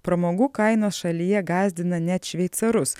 pramogų kainos šalyje gąsdina net šveicarus